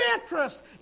interest